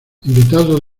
invitados